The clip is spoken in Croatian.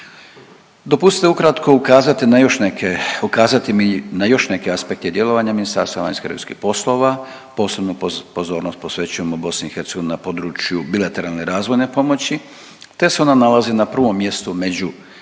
još neke, ukazati mi na još neke aspekte djelovanja Ministarstva vanjskih i europskih poslova, posebnu pozornost posvećujemo BiH na području bilateralne razvojne pomoći, te se ona nalazi na prvom mjestu među